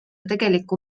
tegeliku